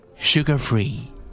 Sugar-Free